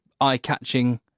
eye-catching